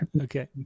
Okay